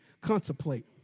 contemplate